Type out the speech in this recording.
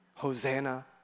Hosanna